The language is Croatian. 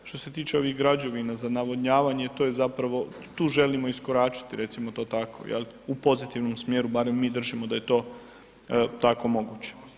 Što se tiče ovih građevina za navodnjavanje to je zapravo, tu želimo iskoračiti, recimo tako je li, u pozitivnom smjeru barem mi držimo da je to tako moguće.